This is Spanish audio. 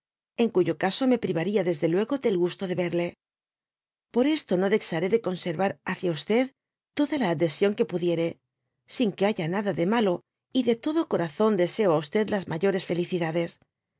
en cuyo caso me privaría desde luego del gusto de verle por esto no dexaré de conservar hacia toda la adhesión que pudiere sin que haya nada de malo y de todo mi corazón deseo á las mayores felicidades